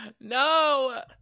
No